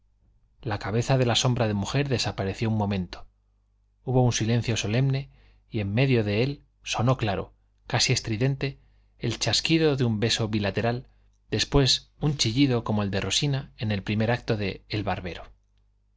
la cabeza de la sombra de mujer desapareció un momento hubo un silencio solemne y en medio de él sonó claro casi estridente el chasquido de un beso bilateral después un chillido como el de rosina en el primer acto del barbero